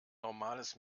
normales